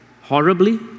horribly